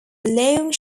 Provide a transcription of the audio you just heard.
long